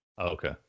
Okay